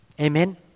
Amen